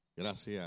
Gracias